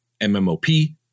MMOP